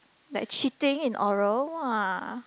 like cheating in oral !wah!